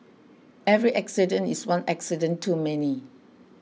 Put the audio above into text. every accident is one accident too many